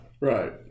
Right